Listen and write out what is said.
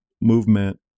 movement